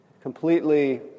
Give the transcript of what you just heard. Completely